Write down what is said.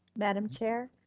madam chair?